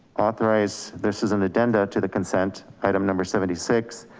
authorize, this is an addendum to the consent item number seventy six.